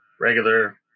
regular